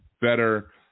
better